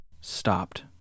stopped